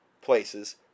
places